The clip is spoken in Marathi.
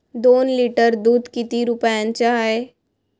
दोन लिटर दुध किती रुप्याचं हाये?